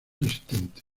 existentes